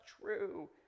true